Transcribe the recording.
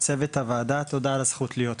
צוות הוועדה, תודה על הזכות להיות פה.